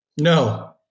No